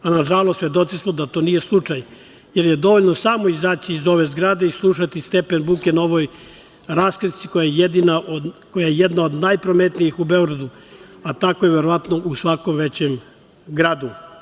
Na žalost svedoci smo da to nije slučaj, jer je dovoljno samo izaći iz ove zgrade i slušati stepen buke na ovoj raskrsnici koja je jedna od najprometnijih u Beogradu, a tako je verovatno u svakom većem gradu.